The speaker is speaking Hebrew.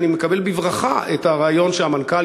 אני מקבל בברכה את הרעיון שהמנכ"ל,